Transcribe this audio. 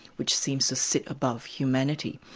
which seems to sit above humanity.